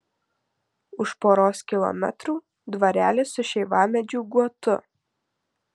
už poros kilometrų dvarelis su šeivamedžių guotu